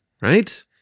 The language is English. right